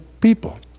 people